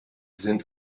sind